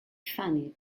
fannie